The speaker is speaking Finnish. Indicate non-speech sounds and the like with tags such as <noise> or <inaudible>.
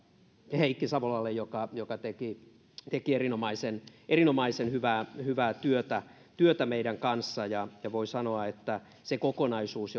heikki savolalle joka joka teki teki erinomaisen erinomaisen hyvää hyvää työtä työtä meidän kanssamme voi sanoa että se kokonaisuus <unintelligible>